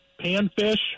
Panfish